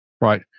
right